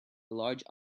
large